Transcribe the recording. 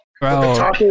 bro